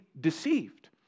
deceived